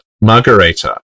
Margarita